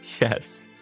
yes